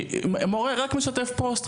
מורה רק משתף פוסט,